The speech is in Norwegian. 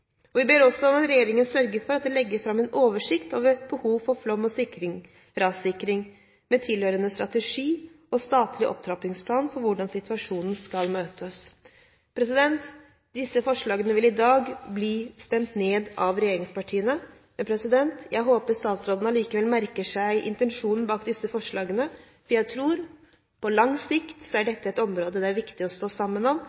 hardt. Vi ber også regjeringen sørge for at det legges fram en oversikt over behovet for flom- og rassikring, med tilhørende strategi og statlig opptrappingsplan for hvordan situasjonen skal møtes. Disse forslagene vil i dag bli stemt ned av regjeringspartiene. Jeg håper statsråden allikevel merker seg intensjonen bak disse forslagene. Jeg tror at på lang sikt er dette et område det er viktig å stå sammen om